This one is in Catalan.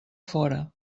fora